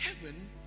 heaven